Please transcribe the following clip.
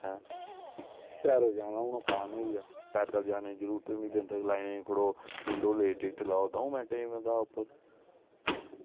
भैरो जाना हून आसान होई गेआ पैदल जाने दी हून जरूरत गै निं बंदे दी लेन लाओ ते गंडोले दी टिकट लेओ ते बंदा दंऊ मिंटां च उप्पर